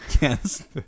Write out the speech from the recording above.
Yes